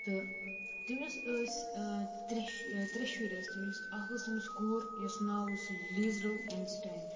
تہٕ تٔمِس ٲسۍ ترٛےٚ ترٛےٚ شُرۍ ٲسۍ تٔمِس اَکھ اوس تٔمِس کوٗر یَس ناو اوس لیٖزرَل آنسٹاین